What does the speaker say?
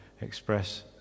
express